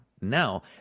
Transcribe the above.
now